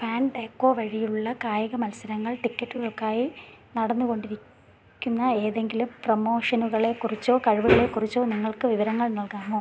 Fandango വഴിയുള്ള കായിക മത്സരങ്ങൾ ടിക്കറ്റുകൾക്കായി നടന്നു കൊണ്ടിരിക്കുന്ന ഏതെങ്കിലും പ്രമോഷനുകളെ കുറിച്ചോ കഴിവുകളെ കുറിച്ചോ നിങ്ങൾക്ക് വിവരങ്ങൾ നൽകാമോ